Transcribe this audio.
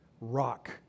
rock